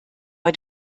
bei